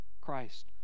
Christ